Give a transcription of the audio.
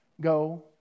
Go